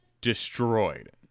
destroyed